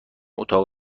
اتاق